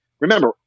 remember